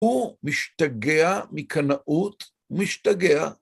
הוא משתגע מקנאות, משתגע